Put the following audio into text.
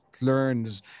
learns